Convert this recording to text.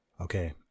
Okay